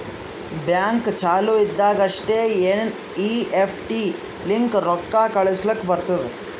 bank ಚಾಲು ಇದ್ದಾಗ್ ಅಷ್ಟೇ ಎನ್.ಈ.ಎಫ್.ಟಿ ಲಿಂತ ರೊಕ್ಕಾ ಕಳುಸ್ಲಾಕ್ ಬರ್ತುದ್